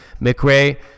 McRae